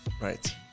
Right